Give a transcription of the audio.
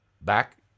Back